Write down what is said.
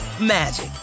magic